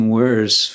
worse